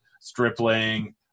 Stripling